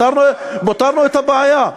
פתרנו את הבעיה.